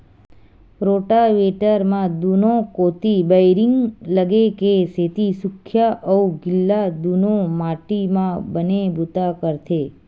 rotavator म दूनो कोती बैरिंग लगे के सेती सूख्खा अउ गिल्ला दूनो माटी म बने बूता करथे